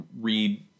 read